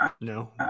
No